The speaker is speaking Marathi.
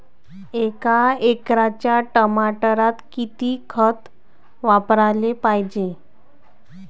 एका एकराच्या टमाटरात किती खत वापराले पायजे?